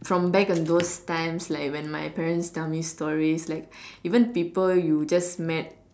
from back in those times like when my parents tell me stories like even people you just met